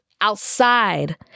outside